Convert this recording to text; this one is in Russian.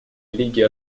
лиги